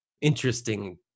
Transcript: interesting